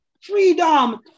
freedom